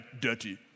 dirty